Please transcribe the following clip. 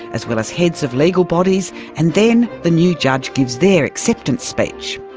as well as heads of legal bodies, and then the new judge gives their acceptance speech.